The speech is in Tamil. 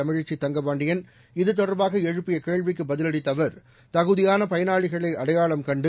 தமிழச்சி தங்கபாண்டியன் இதுதொடர்பாக எழுப்பிய கேள்விக்கு பதிலளித்த அவர் தகுதியான பயனாளிகளை அடையாளம் கண்டு